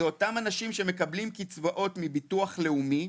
אלו אותם אנשים שמקבלים קצבאות מביטוח לאומי,